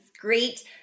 great